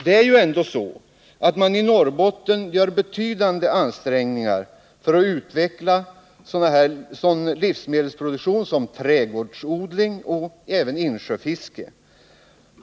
Det är ju ändå så att man i Norrbotten gör betydande ansträngningar för att utveckla sådan livsmedelsproduktion som trädgårdsodling och insjöfiske.